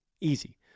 easy